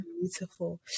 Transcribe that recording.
Beautiful